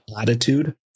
attitude